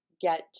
get